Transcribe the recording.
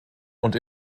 und